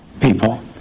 people